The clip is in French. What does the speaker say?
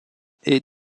est